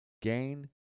gain